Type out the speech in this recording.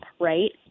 right